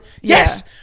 yes